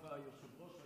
היושב-ראש,